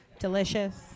Delicious